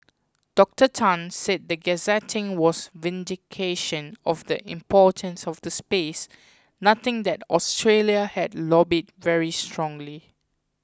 Doctor Tan said the gazetting was vindication of the importance of the space noting that Australia had lobbied very strongly